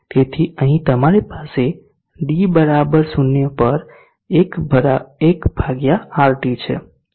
તેથી અહીં તમારી પાસે d 0 પર 1 RT છે